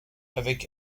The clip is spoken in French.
avec